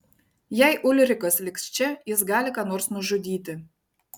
jei ulrikas liks čia jis gali ką nors nužudyti